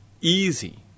easy